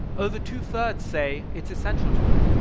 over two-thirds say it's essential to them.